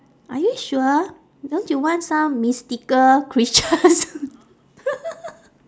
are you sure don't you want some mystical creatures